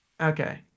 okay